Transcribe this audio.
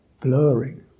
blurring